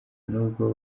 n’ubwo